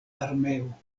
armeo